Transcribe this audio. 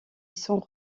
sont